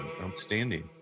Outstanding